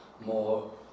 more